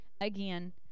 again